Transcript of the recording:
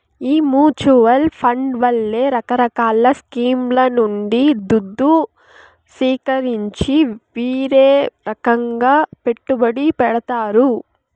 ఈ mutual fund వాళ్లే రకరకాల స్కీంల నుండి దుద్దు సీకరించి వీరే రకంగా పెట్టుబడి పెడతారు